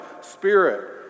Spirit